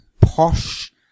posh